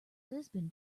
lisbon